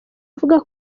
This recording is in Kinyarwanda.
avuga